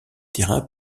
terrains